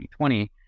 2020